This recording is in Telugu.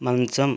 మంచం